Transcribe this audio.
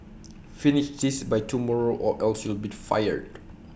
finish this by tomorrow or else you'll be fired